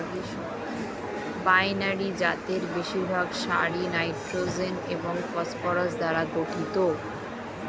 binary জাতের বেশিরভাগ সারই নাইট্রোজেন এবং ফসফরাস দ্বারা গঠিত